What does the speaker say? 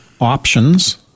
options